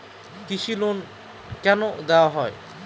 কৃষি লোন কেন দেওয়া হয়?